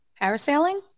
Parasailing